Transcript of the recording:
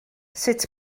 sut